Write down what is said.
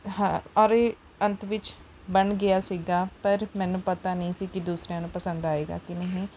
ਹਾਂ ਔਰ ਇਹ ਅੰਤ ਵਿੱਚ ਬਣ ਗਿਆ ਸੀਗਾ ਪਰ ਮੈਨੂੰ ਪਤਾ ਨਹੀਂ ਸੀ ਕਿ ਦੂਸਰਿਆਂ ਨੂੰ ਪਸੰਦ ਆਏਗਾ ਕਿ ਨਹੀਂ